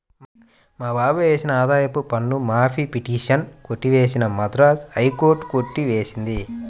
మా బాబాయ్ వేసిన ఆదాయపు పన్ను మాఫీ పిటిషన్ కొట్టివేసిన మద్రాస్ హైకోర్టు కొట్టి వేసింది